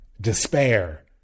despair